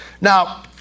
Now